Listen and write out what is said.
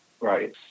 Right